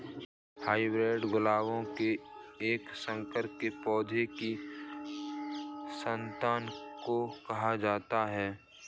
hybrid गुलाबों के एक संकर के पौधों की संतान को कहा जाता है